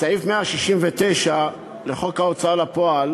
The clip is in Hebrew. סעיף 169 לחוק ההוצאה לפועל